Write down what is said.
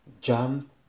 jump